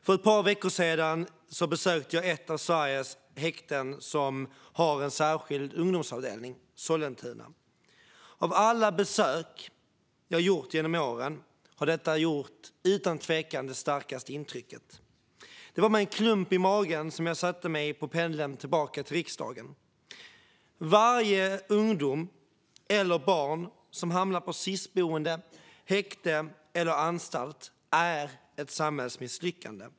För ett par veckor sedan besökte jag ett av Sveriges häkten som har en särskild ungdomsavdelning, Sollentuna. Av alla besök jag gjort genom åren gjorde detta utan tvekan starkast intryck. Det var med en klump i magen som jag satte mig på pendeln tillbaka till riksdagen. Varje ung person eller barn som hamnar på Sisboende, i häkte eller på anstalt är ett samhällsmisslyckande.